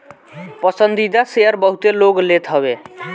पसंदीदा शेयर बहुते लोग लेत हवे